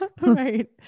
Right